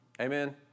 Amen